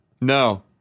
No